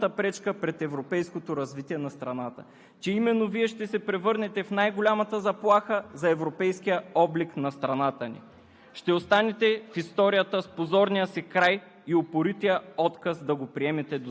въпреки всичко, не вярвахме, че европейски граждани за развитие на България ще бъдат основната пречка пред европейското развитие на страната. Че именно Вие ще се превърнете в най-голямата заплаха за европейския облик на страната ни.